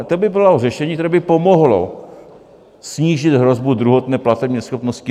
To by bylo řešení, které by pomohlo snížit hrozbu druhotné platební neschopnosti.